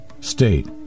state